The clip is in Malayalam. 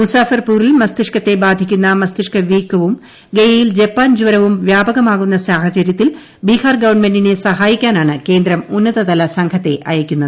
മുസാഫർപ്പൂരിൽ മസ്തിഷ്ക്കത്തെ ബാധിക്കുന്ന മസ്തിഷ്ക വീക്കവും ഗയയിൽ ജപ്പാൻ ജ്വരവും വ്യാപകമാകുന്ന സാഹചര്യത്തിൽ ബീഹാർ ഗവൺമെന്റിനെ സഹായിക്കാനാണ് കേന്ദ്രം ഉന്നതതല സംഘത്തെ അയയ്ക്കുന്നത്